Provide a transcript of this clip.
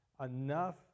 enough